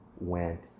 went